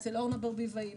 אצל אורנה ברביבאי,